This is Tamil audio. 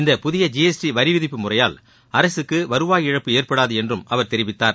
இந்த புதிய ஜி எஸ் டி வரி விதிப்பு முறையால் அரசுக்கு வருவாய் இழப்பு ஏற்படாது என்று அவர் தெரிவித்தார்